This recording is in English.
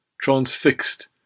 transfixed